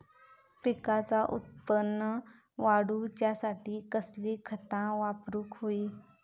पिकाचा उत्पन वाढवूच्यासाठी कसली खता वापरूक होई?